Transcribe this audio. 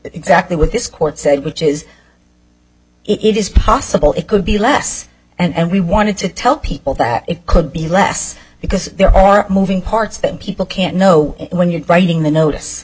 exactly what this court said which is it is possible it could be less and we wanted to tell people that it could be less because there are moving parts that people can't know when you're writing the